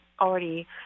already